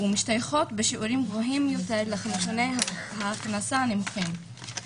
ומשתייכות בשיעורים גבוהים יותר לחמישוני ההכנסה הנמוכים.